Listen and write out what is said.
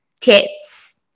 tits